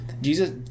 Jesus